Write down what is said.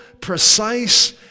precise